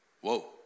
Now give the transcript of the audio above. Whoa